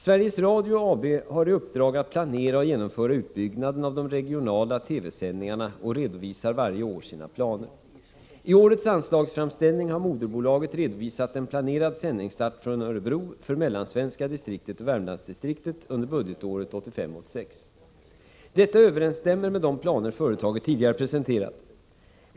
Sveriges Radio AB har i uppdrag att planera och genomföra utbyggnaden av de regionala TV-sändningarna och redovisar varje år sina planer. I årets anslagsframställning har moderbolaget redovisat en planerad sändningsstart från Örebro för Mellansvenska distriktet och Värmlandsdistriktet under budgetåret 1985/86. Detta överensstämmer med de planer företaget tidigare presenterat.